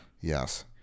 Yes